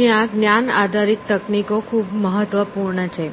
જ્યાં જ્ઞાન આધારિત તકનીકો ખુબ મહત્વપૂર્ણ છે